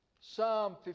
Psalm